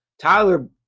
Tyler